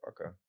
Okay